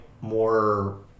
more